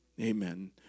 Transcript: Amen